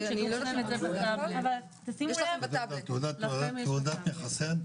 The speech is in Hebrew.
למדוד ולבדוק את הדברים באופן מקצועי.